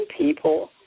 people